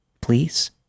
please